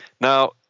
Now